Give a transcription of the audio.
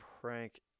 prank